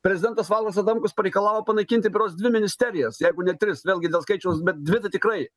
prezidentas valdas adamkus pareikalavo panaikinti berods dvi ministerijas jeigu ne tris vėlgi dėl skaičiaus bet dvi tai tikrai